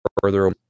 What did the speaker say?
further